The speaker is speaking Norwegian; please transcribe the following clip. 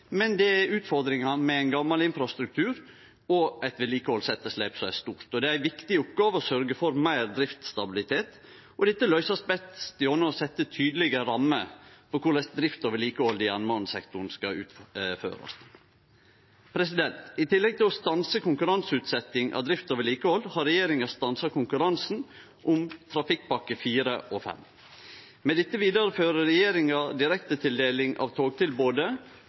det er utfordringar med ein gamal infrastruktur og eit vedlikehaldsetterslep som er stort. Det er ei viktig oppgåve å sørgje for meir driftsstabilitet. Dette blir best løyst gjennom å setje tydelege rammer for korleis drift og vedlikehald i jernbanesektoren skal utførast. I tillegg til å stanse konkurranseutsetjing av drift og vedlikehald har regjeringa stansa konkurransen om trafikkpakkene 4 og 5. Med dette vidarefører regjeringa direktetildeling av togtilbodet